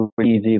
easy